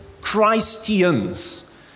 Christians